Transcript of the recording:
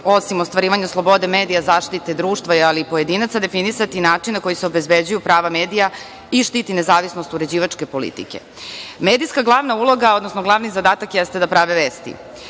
osim ostvarivanje slobode medija, zaštite društva, ali i pojedinaca, definisati način na koji se obezbeđuju prava medija i štiti nezavisnost uređivačke politike? Medijska glavna uloga, odnosno glavni zadatak jeste da prave vesti.